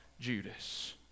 Judas